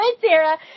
Sarah